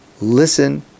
Listen